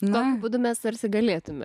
nu būdu mes tarsi galėtumėme